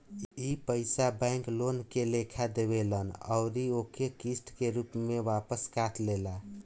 ई पइसा bank loan के लेखा देवेल अउर ओके किस्त के रूप में वापस काट लेला